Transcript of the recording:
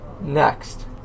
Next